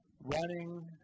running